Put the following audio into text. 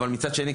אבל מצד שני,